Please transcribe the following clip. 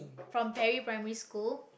from perry-primary-school